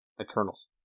eternals